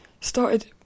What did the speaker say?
started